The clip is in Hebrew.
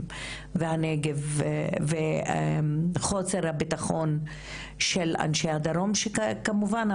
והנגב וחוסר הביטחון של אנשי הדרום שכמובן,